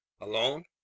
alone